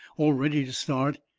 or ready to start,